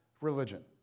religion